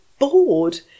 bored